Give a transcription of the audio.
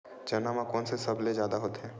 चना म कोन से सबले जादा होथे?